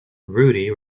rudy